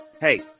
Hey